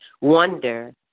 wonder